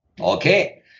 Okay